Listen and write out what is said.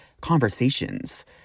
conversations